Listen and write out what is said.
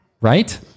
right